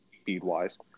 speed-wise